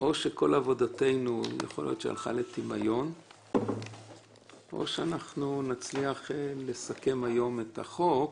שאו שכל עבודתנו תלך לטמיון או שאנחנו נצליח לסכם היום את החוק,